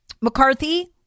McCarthy